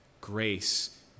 grace